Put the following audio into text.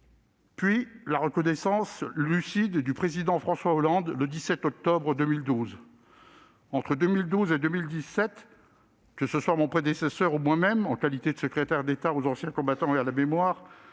puis la reconnaissance lucide du président François Hollande, le 17 octobre 2012. Entre 2012 et 2017, mon prédécesseur et moi-même, en qualité de secrétaire d'État chargé des anciens combattants et de la mémoire,